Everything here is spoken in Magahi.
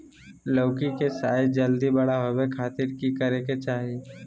लौकी के साइज जल्दी बड़ा होबे खातिर की करे के चाही?